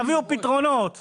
תביאו פתרונות.